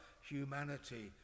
humanity